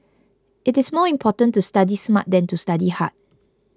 it is more important to study smart than to study hard